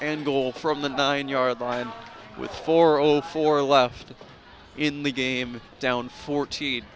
and goal from the nine yard line with four all four left in the game down fourteen